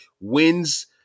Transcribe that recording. wins